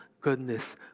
goodness